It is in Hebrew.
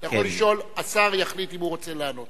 אתה יכול לשאול, השר יחליט אם הוא רוצה לענות.